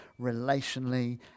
relationally